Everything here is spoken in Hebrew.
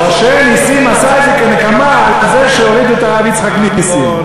משה נסים עשה את זה כנקמה על זה שהורידו את הרב יצחק נסים.